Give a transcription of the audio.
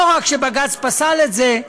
לא רק שבג"ץ לא פסל את זה,